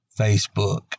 Facebook